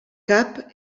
cap